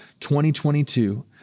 2022